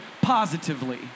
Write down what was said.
positively